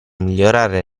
migliorare